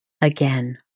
again